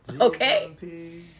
Okay